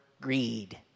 greed